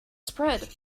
spread